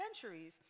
centuries